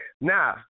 Now